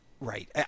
Right